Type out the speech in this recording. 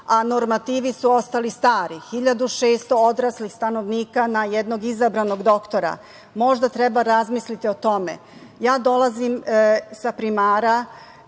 a normativi su ostali stari, 1.600 starih stanovnika na jednog izabranog doktora. Možda treba razmisliti o tome. Dolazim sa primara